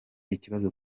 ikibazo